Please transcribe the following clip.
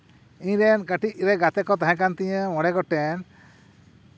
ᱤᱧ ᱨᱮᱱ ᱠᱟᱹᱴᱤᱡ ᱨᱮ ᱜᱟᱛᱮ ᱠᱚ ᱛᱟᱦᱮᱸ ᱠᱟᱱ ᱛᱤᱧᱟᱹ ᱢᱚᱬᱮ ᱜᱚᱴᱮᱱ